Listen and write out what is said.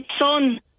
son